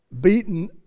beaten